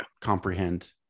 comprehend